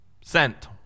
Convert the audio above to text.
sent